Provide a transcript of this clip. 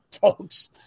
folks